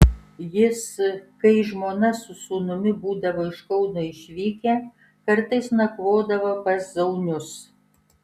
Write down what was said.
jis kai žmona su sūnumi būdavo iš kauno išvykę kartais nakvodavo pas zaunius